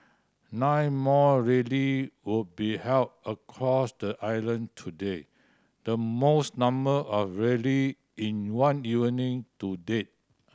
nine more rally will be held across the island today the most number of rally in one evening to date